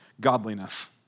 godliness